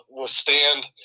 withstand